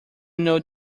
know